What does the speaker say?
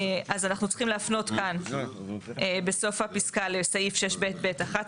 אז אנחנו צריכים להפנות כאן בסוף הפסקה לסעיף 6 ב(ב)(1)